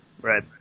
Right